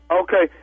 okay